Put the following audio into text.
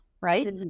Right